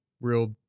real